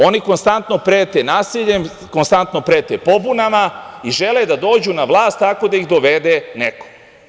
Oni konstantno prete nasiljem, konstantno prete pobunama i žele da dođu na vlast tako da ih dovede neko.